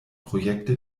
projekte